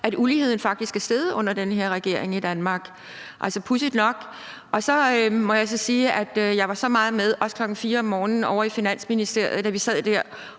at uligheden i Danmark faktisk er steget under den her regering – pudsigt nok. Og så må jeg så sige, at jeg var så meget med – også kl. 4.00 om morgenen – ovre i Finansministeriet, når vi sad der.